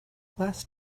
last